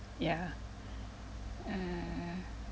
ya err